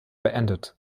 beendet